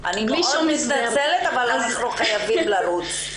אני מתנצלת אבל אנחנו חייבים לרוץ.